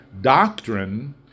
doctrine